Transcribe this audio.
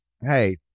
Hey